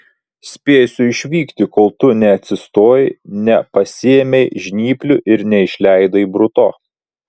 spėsiu išvykti kol tu neatsistojai nepasiėmei žnyplių ir neišleidai bruto